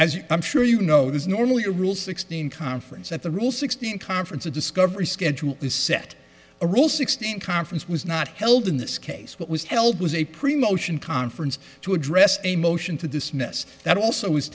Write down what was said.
as i'm sure you know there's normally a rule sixteen conference at the rule sixteen conference a discovery schedule is set a rule sixteen conference was not held in this case what was held was a pre motion conference to address a motion to dismiss that also is